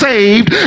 saved